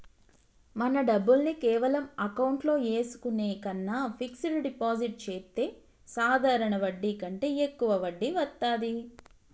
మన డబ్బుల్ని కేవలం అకౌంట్లో ఏసుకునే కన్నా ఫిక్సడ్ డిపాజిట్ చెత్తే సాధారణ వడ్డీ కంటే యెక్కువ వడ్డీ వత్తాది